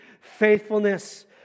faithfulness